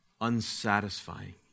unsatisfying